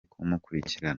kumukurikirana